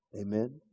Amen